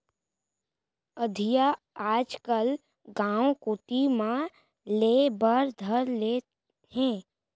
अधिया आजकल गॉंव कोती म लेय बर धर ले हें